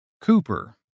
Cooper